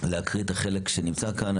לקרוא את החלק שנמצא כאן,